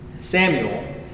Samuel